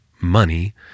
money